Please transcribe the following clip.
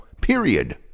Period